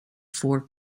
four